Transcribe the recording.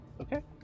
Okay